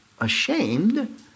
ashamed